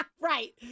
Right